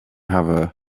have